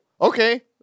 Okay